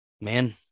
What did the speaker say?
man